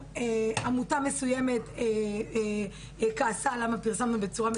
שעמותה מסוימת כעסה למה פרסמנו בצורה מסוימת.